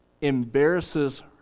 embarrasses